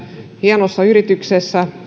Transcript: hienossa yrityksessä